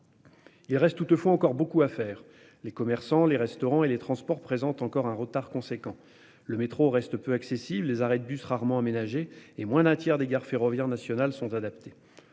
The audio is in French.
Il reste toutefois encore beaucoup à faire. Les commerçants, les restaurants et les transports représentent encore un retard conséquent le métro reste peu accessibles les arrêts de bus rarement. Et moins d'un tiers des gares ferroviaires nationales sont adaptés.--